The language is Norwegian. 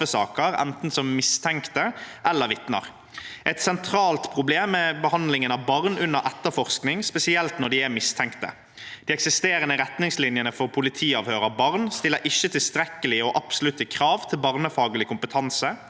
enten som mistenkte eller som vitner. Et sentralt problem er behandlingen av barn under etterforskning, spesielt når de er mistenkte. De eksisterende retningslinjene for politiavhør av barn stiller ikke tilstrekkelige og absolutte krav til barnefaglig kompetanse.